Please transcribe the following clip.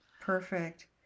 Perfect